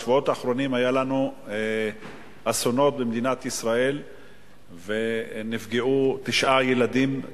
בשבועות האחרונים היו לנו אסונות במדינת ישראל ונפגעו תשעה ילדים,